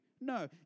No